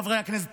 חברי הכנסת,